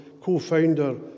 co-founder